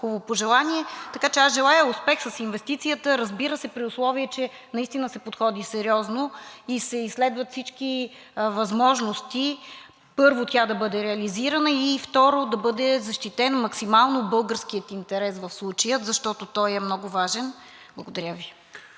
хубаво пожелание. Желая успех в инвестицията. Разбира се, при условие че се подходи сериозно и се изследват всички възможности, първо, тя да бъде реализирана, и второ, да бъде защитен максимално българският интерес в случая, защото той е много важен. Благодаря Ви.